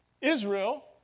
Israel